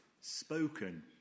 spoken